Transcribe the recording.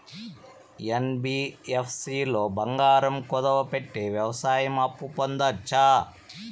NBFC లో బంగారం కుదువు పెట్టి వ్యవసాయ అప్పు పొందొచ్చా?